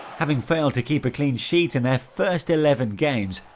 having failed to keep a clean sheet in their first eleven games,